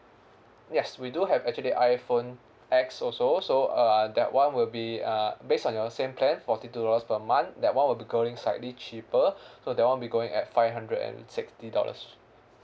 yes we do have actually iphone X also so uh that one will be uh based on your same plan forty two dollars per month that one will be going slightly cheaper so that one will be going at five hundred and sixty dollars